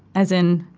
as in,